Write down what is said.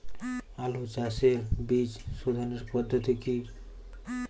আলু চাষের বীজ সোধনের পদ্ধতি কি?